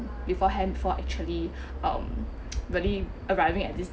beforehand before actually um really arriving at this